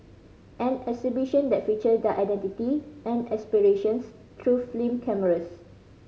an exhibition that feature their identity and aspirations through cameras